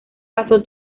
pasó